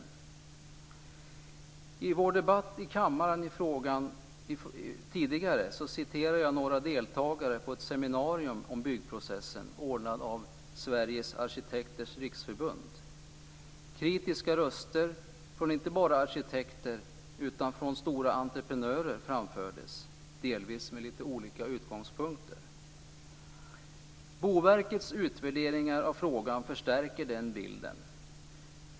I vår tidigare debatt i kammaren i frågan citerade jag några deltagare på ett seminarium om byggprocessen, anordnat av Sveriges Arkitekters Riksförbund. Det var inte bara kritiska röster från arkitekter utan också från stora entreprenörer som framfördes - delvis med litet olika utgångspunkter. Boverkets utvärderingar av frågan förstärker denna bild.